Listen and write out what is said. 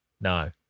No